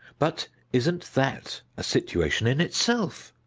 but isn't that a situation in itself?